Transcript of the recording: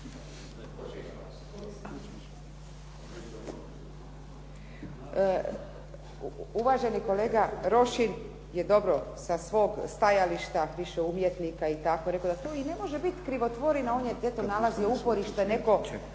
Uvaženi kolega Rošin je dobro sa svog stajališta više umjetnika i tako rekao da to i ne može biti krivotvorina. On je eto nalazio uporište neko.